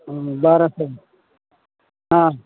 हूँ बारह सए मे हाँ